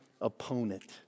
opponent